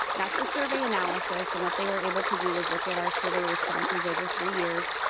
that's the survey analysis. and what they were able to do is look at our survey responses over three years,